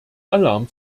alarm